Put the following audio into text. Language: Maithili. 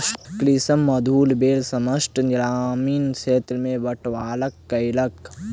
कृषक मधुर बेर समस्त ग्रामीण क्षेत्र में बाँटलक कयलक